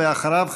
ואחריו,